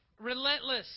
Relentless